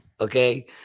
okay